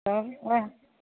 तब ओहए